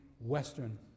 western